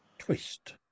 Twist